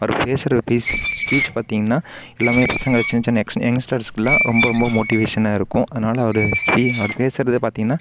அவர் பேசுகிற ஸ்பீச் பார்த்தீங்கன்னா எல்லாமே பசங்களுக்கு சின்ன சின்ன யங்ஸ்டர்ஸ்க்கெலாம் ரொம்ப ரொம்ப மோட்டிவேஷனாக இருக்கும் அதனால அவர் ஸ்பீ அவர் பேசுகிறதே பார்த்தீங்கன்னா